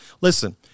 Listen